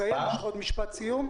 משפט סיום?